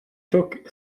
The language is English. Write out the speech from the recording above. took